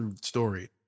story